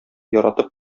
яратып